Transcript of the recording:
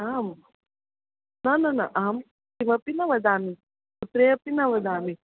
आं न न न अहं किमपि न वदामि पुत्रे अपि न वदामि